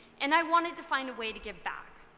and i wanted to find a way to give back.